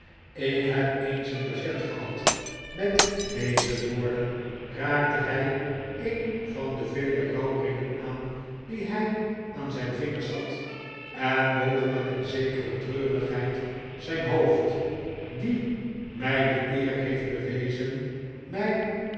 ik heb eens een patient gehad met deze woorden raakte hij een van de vele rouwringen aan die hij aan zijn vingers had en boog met een zekere treurighe id zijn hoofd die mij de eer heeft bewezen mij